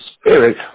Spirit